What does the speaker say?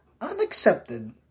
unaccepted